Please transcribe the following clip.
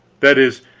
that is,